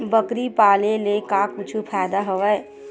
बकरी पाले ले का कुछु फ़ायदा हवय?